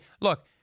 look